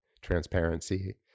transparency